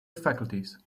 faculties